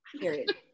Period